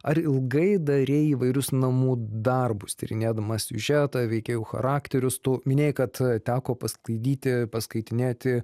ar ilgai darei įvairius namų darbus tyrinėdamas siužetą veikėjų charakterius tu minėjai kad teko pasklaidyti paskaitinėti